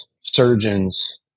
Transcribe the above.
surgeons